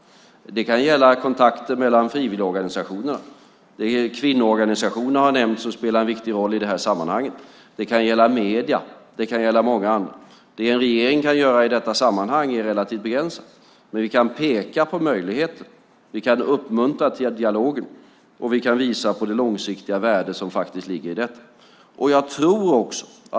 Det kan gälla kontakter mellan frivilligorganisationerna. Kvinnoorganisationer har nämnts, och de spelar en viktig roll i det här sammanhanget. Det kan gälla medier. Det kan gälla många andra. Det en regering kan göra i detta sammanhang är relativt begränsat. Men vi kan peka på möjligheter, uppmuntra till dialogen och visa på det långsiktiga värde som ligger i detta.